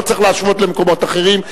לא צריך להשוות למקומות אחרים,